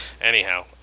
Anyhow